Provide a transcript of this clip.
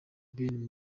ben